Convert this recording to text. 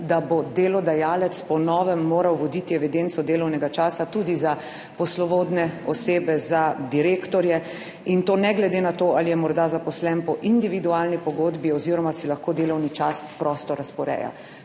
da bo delodajalec po novem moral voditi evidenco delovnega časa tudi za poslovodne osebe, za direktorje, in to ne glede na to, ali je morda zaposlen po individualni pogodbi oziroma si lahko delovni čas prosto razporeja.